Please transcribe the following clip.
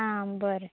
आं बरें